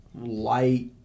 light